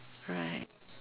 right